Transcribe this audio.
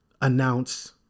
announce